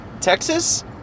Texas